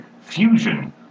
fusion